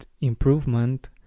improvement